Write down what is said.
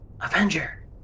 Avenger